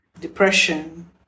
depression